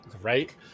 Right